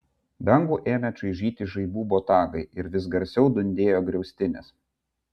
dangų ėmė čaižyti žaibų botagai ir vis garsiau dundėjo griaustinis